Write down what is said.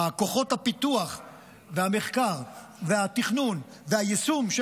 כוחות הפיתוח והמחקר והתכנון והיישום של